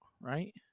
right